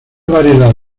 variedad